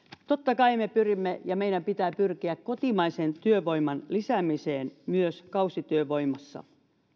totta kai me pyrimme ja meidän pitää pyrkiä kotimaisen työvoiman lisäämiseen myös kausityövoimassa